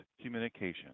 communication